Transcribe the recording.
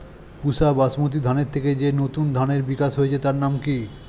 পুসা বাসমতি ধানের থেকে যে নতুন ধানের বিকাশ হয়েছে তার নাম কি?